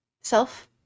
self